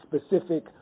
specific